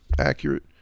accurate